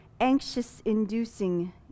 anxious-inducing